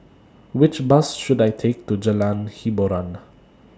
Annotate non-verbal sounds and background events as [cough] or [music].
Which Bus should I Take to Jalan Hiboran [noise]